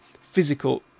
physical